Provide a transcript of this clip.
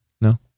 No